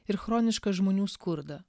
ir chronišką žmonių skurdą